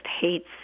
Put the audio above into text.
hates